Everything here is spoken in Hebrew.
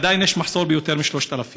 עדיין יש מחסור של יותר מ-3,000.